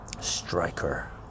striker